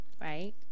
Right